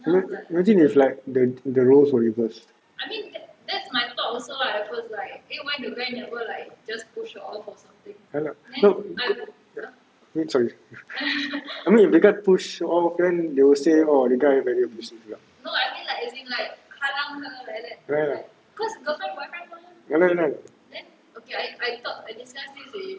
imag~ imagine like the the roles were reversed ah lah eh sorry I mean if the guy push off then they will say the guy very pussy ah ya lah ya lah ya lah